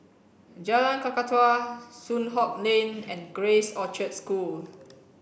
Jalan Kakatua Soon Hock Lane and Grace Orchard School